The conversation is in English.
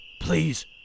Please